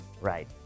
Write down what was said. Right